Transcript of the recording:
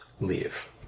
leave